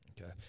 Okay